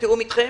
בתיאום איתכם?